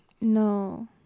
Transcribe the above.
No